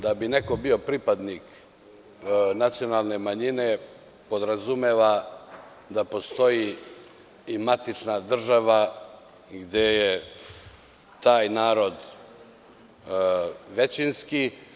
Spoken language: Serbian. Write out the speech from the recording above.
Da bi neko bio pripadnik nacionalne manjine podrazumeva se da postoji i matična država gde je taj narod većinski.